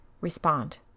respond